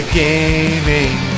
gaming